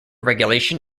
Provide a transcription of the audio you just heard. regulation